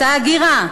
ההגירה,